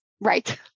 Right